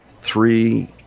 three